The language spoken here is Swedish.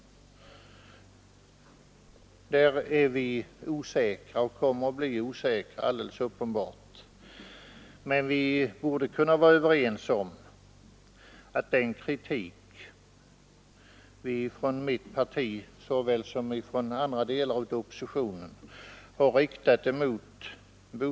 Vi är här osäkra och det är alldeles uppenbart att vi kommer att förbli det. Men vi borde kunna vara överens om att bostadspolitiken inte har tagit vederbörlig hänsyn till människornas önskemål.